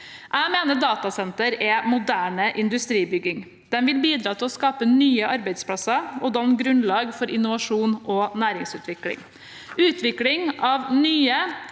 Jeg mener datasentre er moderne industribygging. De vil bidra til å skape nye arbeidsplasser og danne grunnlag for innovasjon og næringsutvikling. Utvikling av nye,